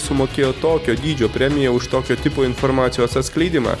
sumokėjo tokio dydžio premiją už tokio tipo informacijos atskleidimą